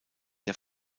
der